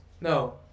No